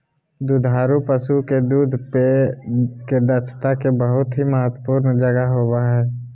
दुधारू पशु के दूध देय के क्षमता के बहुत ही महत्वपूर्ण जगह होबय हइ